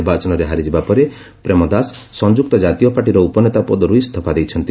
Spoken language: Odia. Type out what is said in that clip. ନିର୍ବାଚନରେ ହାରିଯିବା ପରେ ପ୍ରେମଦାସ ସଂଯୁକ୍ତ ଜାତୀୟ ପାର୍ଟିର ଉପନେତା ପଦରୁ ଇସ୍ତଫା ଦେଇଛନ୍ତି